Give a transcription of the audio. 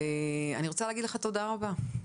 אני רוצה להגיד לך תודה רבה.